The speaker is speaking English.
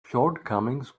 shortcomings